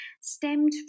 stemmed